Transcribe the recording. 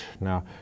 Now